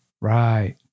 Right